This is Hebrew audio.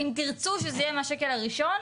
אם תרצו שזה יהיה מהשקל הראשון,